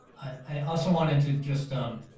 i also wanted to just i'm